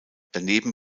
daneben